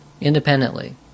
independently